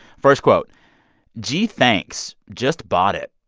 first quote gee, thanks. just bought it.